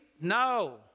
No